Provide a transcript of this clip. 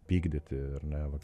pykdyti ar ne vat